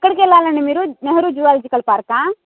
ఎక్కడికి వెళ్ళాలండి మీరు నెహ్రూ జువాలజికల్ పార్కా